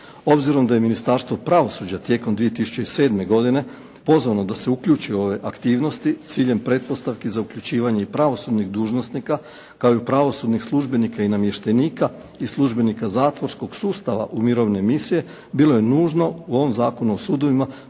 Obzirom da je Ministarstvo pravosuđa tijekom 2007. godine pozvano da se uključi u ove aktivnosti s ciljem pretpostavki za uključivanje i pravosudnih dužnosnika kao i pravosudnih službenika i namještenika i službenika zatvorskog sustava u mirovne misije, bilo je nužno u ovom Zakonu o sudovima